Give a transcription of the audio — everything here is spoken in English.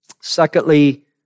secondly